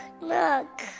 look